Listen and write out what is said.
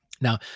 Now